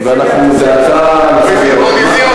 כיסא ליד כיסא,